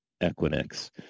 Equinix